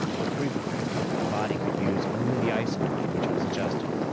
but frequently the body could use only the isomer to which it was adjusted.